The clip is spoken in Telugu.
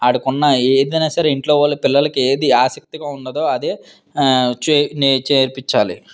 వాడికున్న ఏదైనా సరే ఇంట్లో వాళ్ళు పిల్లలకి ఏది ఆసక్తిగా ఉన్నదో అదే చే నే చేయించాలి